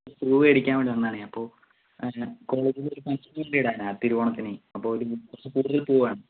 പൂവ് വേടിക്കാൻ വേണ്ടി വന്നതാണെ ഞാൻ അപ്പോൾ കോളേജിൽ ഒരു ഫംഗ്ഷൻ വേണ്ടി ഇടാനാണ് തിരുവോണത്തിന് അപ്പോൾ കുറച്ച് കൂടുതൽ പൂവ് വേണം